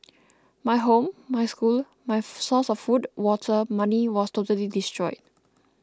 my home my school my source of food water money was totally destroyed